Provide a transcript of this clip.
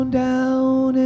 down